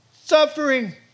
Suffering